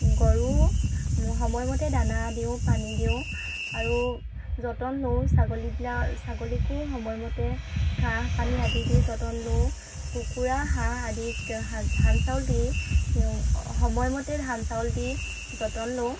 গৰুক সময়মতে দানা দিওঁ পানী দিওঁ আৰু যতন লওঁ ছাগলীবিলাক ছাগলীকো সময়মতে ঘাঁহ পানী আদি দি যতন লওঁ কুকুৰা হাঁহ আদিক ধান চাউল দি সময়মতে ধান চাউল দি যতন লওঁ